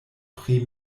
pri